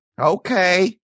Okay